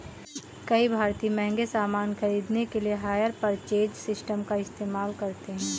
कई भारतीय महंगे सामान खरीदने के लिए हायर परचेज सिस्टम का इस्तेमाल करते हैं